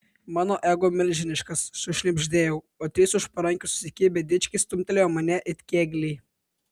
mano ego milžiniškas sušnibždėjau o trys už parankių susikibę dičkiai stumtelėjo mane it kėglį